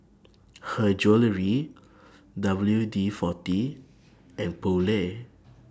Her Jewellery W D forty and Poulet